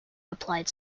replied